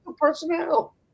personnel